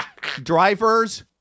Drivers